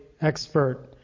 expert